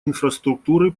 инфраструктуры